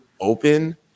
open